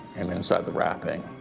and inside the wrapping